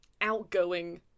outgoing